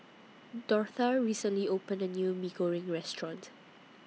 Dortha recently opened A New Mee Goreng Restaurant